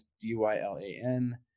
D-Y-L-A-N